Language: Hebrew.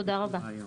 תודה רבה.